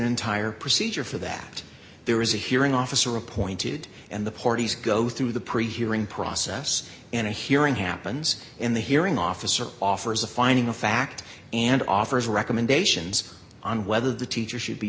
entire procedure for that there is a hearing officer appointed and the parties go through the pre hearing process and a hearing happens in the hearing officer offers a finding of fact and offers recommendations on whether the teacher should be